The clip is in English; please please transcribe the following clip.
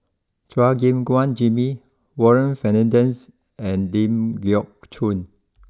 Chua Gim Guan Jimmy Warren Fernandez and Ling Geok Choon